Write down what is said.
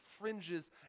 fringes